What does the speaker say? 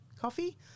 coffee